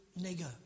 nigger